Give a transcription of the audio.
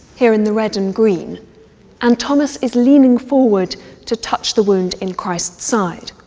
here in the red and green and thomas is leaning forward to touch the wound in christ's side.